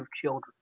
children